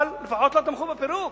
אבל לפחות היא לא תמכה בפירוק.